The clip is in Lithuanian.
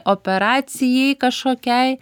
operacijai kažkokiai